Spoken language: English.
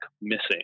missing